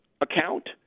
account